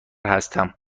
هستم